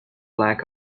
lack